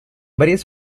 varias